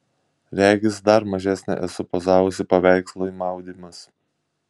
regis dar mažesnė esu pozavusi paveikslui maudymas